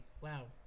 wow